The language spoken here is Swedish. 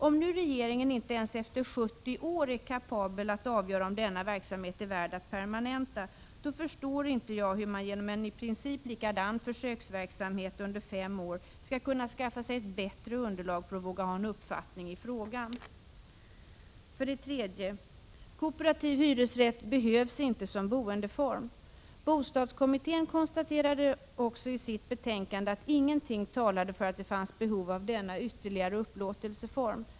Om nu regeringen inte ens efter 70 år är kapabel att avgöra om denna verksamhet är värd att permanentas, förstår jag inte hur man genom en i princip likadan försöksverksamhet under fem år skall kunna skaffa sig ett bättre underlag för att våga ha en uppfattning i frågan. För det tredje behövs inte kooperativ hyresrätt som boendeform. Bostadskommittén konstaterade också i sitt betänkande att ingenting talade för att det fanns behov av denna ytterligare upplåtelseform.